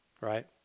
right